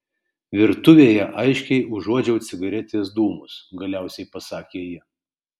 virtuvėje aiškiai užuodžiau cigaretės dūmus galiausiai pasakė ji